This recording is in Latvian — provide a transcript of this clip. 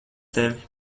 tevi